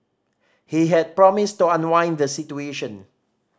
he had promised to unwind the situation